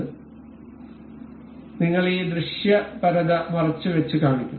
അതിനായി നിങ്ങൾ ഈ ദൃശ്യപരത മറച്ചുവെച്ച് കാണിക്കും